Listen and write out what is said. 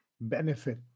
benefit